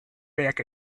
back